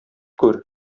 күр